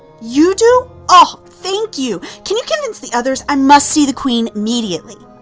you do? oh thank you. can you convince the others, i must see the queen immediately.